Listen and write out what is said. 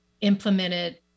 implemented